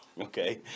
okay